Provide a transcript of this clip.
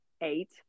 eight